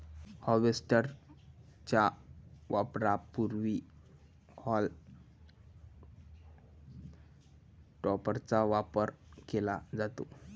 harvester च्या वापरापूर्वी हॉल टॉपरचा वापर केला जातो